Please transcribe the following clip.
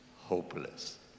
hopeless